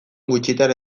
gutxitara